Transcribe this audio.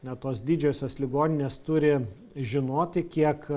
na tos didžiosios ligoninės turi žinoti kiek